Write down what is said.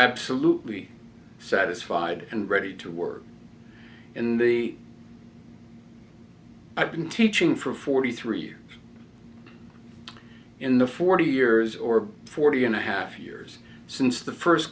absolutely satisfied and ready to work in the i've been teaching for forty three years in the forty years or forty and a half years since the first